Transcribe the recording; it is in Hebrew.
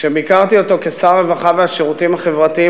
כשביקרתי אותו כשר הרווחה והשירותים החברתיים